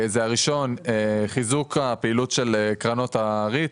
הראשון הוא חיזוק הפעילות של קרנות הריט,